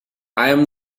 i’m